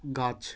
গাছ